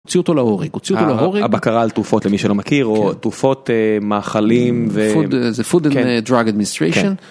הוציאו אותו להורג, הוציאו אותו להורג. הבקרה על תרופות, למי שלא מכיר, או תרופות, מאכלים ו... food, זה food and drug administration. כן